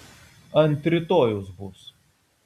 ant rytojaus bus